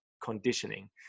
conditioning